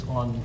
on